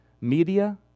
media